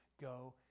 Go